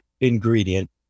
ingredient